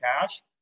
cash